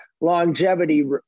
longevity